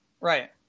Right